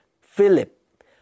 Philip